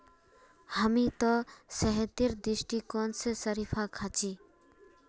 हामी त सेहतेर दृष्टिकोण स शरीफा खा छि